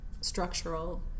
structural